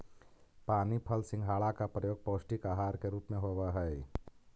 पानी फल सिंघाड़ा का प्रयोग पौष्टिक आहार के रूप में होवअ हई